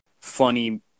funny